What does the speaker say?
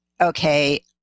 okay